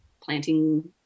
planting